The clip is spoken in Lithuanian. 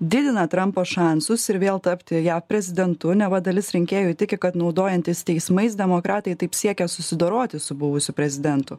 didina trumpo šansus ir vėl tapti jav prezidentu neva dalis rinkėjų tiki kad naudojantis teismais demokratai taip siekia susidoroti su buvusiu prezidentu